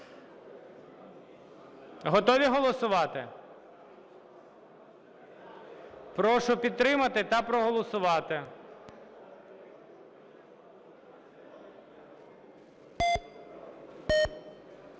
Готові голосувати? Прошу підтримати та проголосувати.